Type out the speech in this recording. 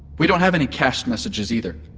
we don't have any cached messages, either.